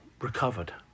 recovered